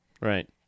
Right